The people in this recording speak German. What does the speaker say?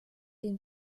den